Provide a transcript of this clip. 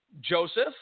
Joseph